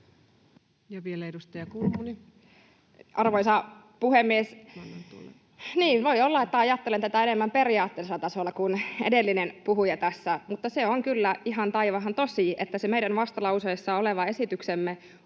Time: 19:10 Content: Arvoisa puhemies! Niin, voi olla, että ajattelen tätä enemmän periaatteellisella tasolla kuin edellinen puhuja tässä, mutta se on kyllä ihan taivahan tosi, että se meidän vastalauseessa oleva esityksemme